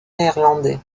néerlandais